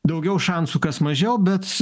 daugiau šansų kas mažiau bet